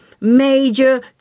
major